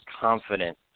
confident